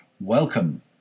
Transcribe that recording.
Welcome